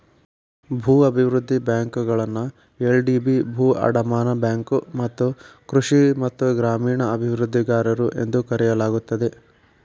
ಭೂ ಅಭಿವೃದ್ಧಿ ಬ್ಯಾಂಕುಗಳನ್ನ ಎಲ್.ಡಿ.ಬಿ ಭೂ ಅಡಮಾನ ಬ್ಯಾಂಕು ಮತ್ತ ಕೃಷಿ ಮತ್ತ ಗ್ರಾಮೇಣ ಅಭಿವೃದ್ಧಿಗಾರರು ಎಂದೂ ಕರೆಯಲಾಗುತ್ತದೆ